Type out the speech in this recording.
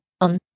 On